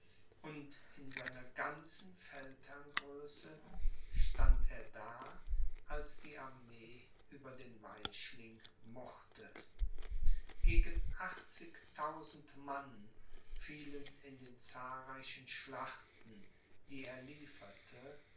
und in seiner ganzen feldherrngröße stand er da als die armee über den weichling murrte gegen achtzigtausend mann fielen in den zahlreichen schlachten die er lieferte